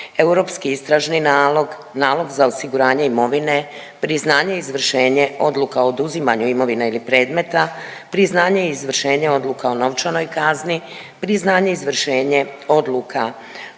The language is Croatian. europski istražni nalog, nalog za osiguranje imovine, priznanje i izvršenje odluka o oduzimanju imovine ili predmeta, priznanje i izvršenje odluka o novčanoj kazni, priznanje i izvršenje odluka